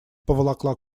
поволокла